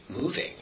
moving